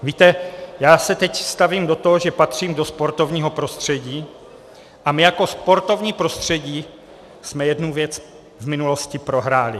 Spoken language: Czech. Víte, já se teď stavím do toho, že patřím do sportovního prostředí, a my jako sportovní prostředí jsme jednu věc v minulosti prohráli.